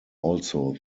also